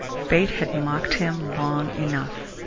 fate had mocked him long enough.